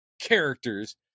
characters